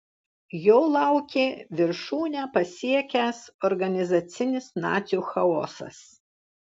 jo laukė viršūnę pasiekęs organizacinis nacių chaosas